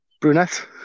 brunette